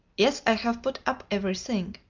yes, i have put up every thing.